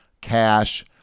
cash